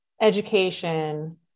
education